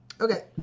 Okay